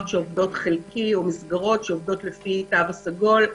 שעובדות חלקי או מסגרות שעובדות לפי התו הסגול.